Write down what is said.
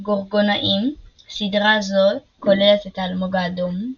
גורגונאים סדרה זו כוללת את האלמוג האדום.